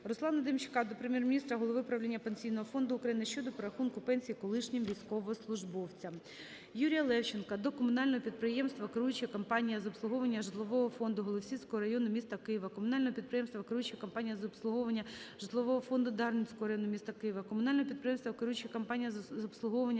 Руслана Демчака до Прем'єр-міністра, голови правління Пенсійного фонду України щодо перерахунку пенсій колишнім військовослужбовцям. Юрія Левченка до комунального підприємства "Керуюча компанія з обслуговування житлового фонду Голосіївського району міста Києва", комунального підприємства "Керуюча компанія з обслуговування житлового фонду Дарницького району міста Києва", комунального підприємства "Керуюча компанія з обслуговування